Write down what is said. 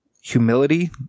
humility